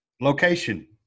location